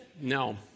no